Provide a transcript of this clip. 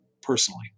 personally